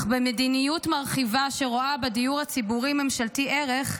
אך במדיניות מרחיבה שרואה בדיור הציבורי ממשלתי ערך,